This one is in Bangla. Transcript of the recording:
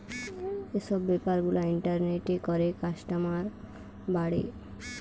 যে সব বেপার গুলা ইন্টারনেটে করে কাস্টমার বাড়ে